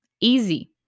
easy